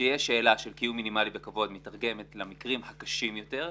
שיש שאלה של קיום מינימלי בכבוד מיתרגמת למקרים הקשים יותר,